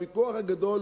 הוויכוח הגדול,